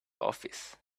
office